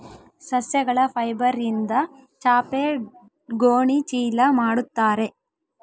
ಸಸ್ಯಗಳ ಫೈಬರ್ಯಿಂದ ಚಾಪೆ ಗೋಣಿ ಚೀಲ ಮಾಡುತ್ತಾರೆ